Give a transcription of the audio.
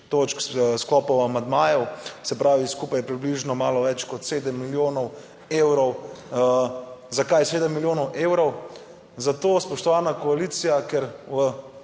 sklopov amandmajev, se pravi, skupaj približno malo več kot 7 milijonov evrov. Zakaj 7 milijonov evrov? Zato, spoštovana koalicija, ker v